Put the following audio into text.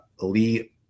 Lee